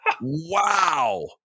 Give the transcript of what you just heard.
Wow